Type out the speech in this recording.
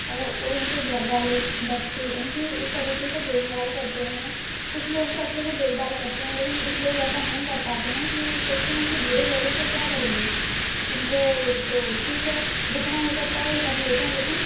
और उनके घरवालें बच्चे उनकी इस तरह से देखभाल करते है कुछ लोग तो अच्छे से देखभाल करते हैं लेकिन कुछ लोग ऐसा है कर पाते हैं क्यों वो सोचते हैं कि बूढ़े लोग हैं तो क्या करेंगे इनको तो ठीक है जितना हो सकता है वो कर लेते हैं लेकिन